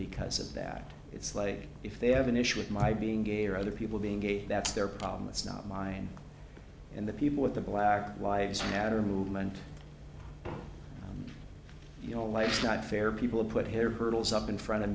because of that it's like if they have an issue with my being gay or other people being gay that's their problem it's not mine and the people with the black wives have a movement you know life's not fair people put here hurdles up in front of